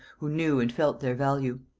who knew and felt their value.